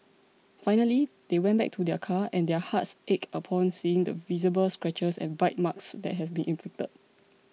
finally they went back to their car and their hearts ached upon seeing the visible scratches and bite marks that had been inflicted